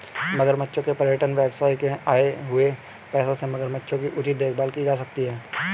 मगरमच्छों के पर्यटन व्यवसाय से आए हुए पैसों से मगरमच्छों की उचित देखभाल की जा सकती है